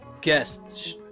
guests